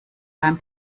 beim